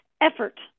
effort